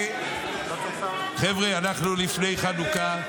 חבר'ה, אנחנו לפני חנוכה.